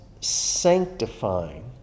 sanctifying